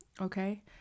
Okay